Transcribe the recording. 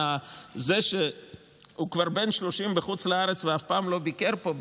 זה שהוא כבר בן 30 בחוץ לארץ והוא אף פעם לא ביקר פה,